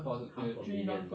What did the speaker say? half a million